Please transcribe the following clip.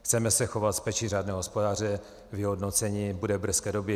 Chceme se chovat s péčí řádného hospodáře, vyhodnocení bude v brzké době.